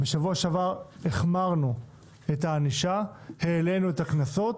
בשבוע שעבר החמרנו את הענישה, העלינו את הקנסות,